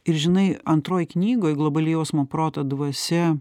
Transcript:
ir žinai antroj knygoj globali jausmo proto dvasia